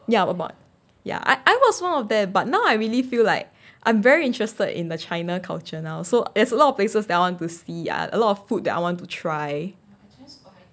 ya a lot ya I I was one of their but now I really feel like I'm very interested in the china culture now so it's a lot of places down to see a lot of food that I want to try